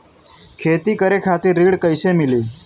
खेती करे खातिर ऋण कइसे मिली?